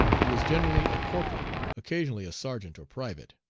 who was generally a corporal, occasionally a sergeant or private.